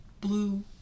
blue